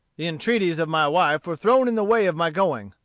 the entreaties of my wife were thrown in the way of my going,